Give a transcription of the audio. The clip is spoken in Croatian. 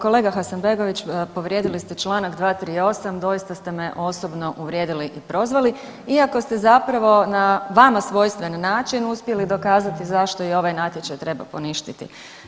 Kolega Hasanbegović, povrijedili ste čl. 238., doista ste me osobno uvrijedili i prozvali iako ste zapravo na vama svojstven način uspjeli dokazati zašto i ovaj natječaj treba poništiti.